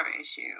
issue